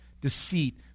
deceit